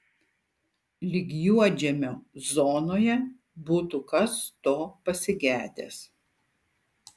lyg juodžemio zonoje būtų kas to pasigedęs